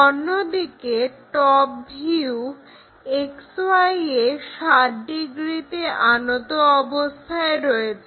অন্যদিকে top view XY এ 60 ডিগ্রিতে আনত রয়েছে